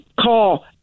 call